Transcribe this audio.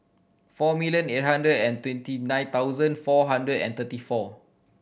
four million eight hundred and twenty nine thousand four hundred and thirty four